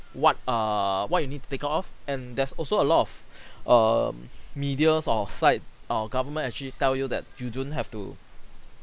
what err what you need to take care of and there's also a lot of um medias or site our government actually tell you that you don't have to